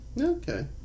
Okay